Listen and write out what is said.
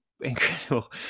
Incredible